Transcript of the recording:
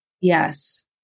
Yes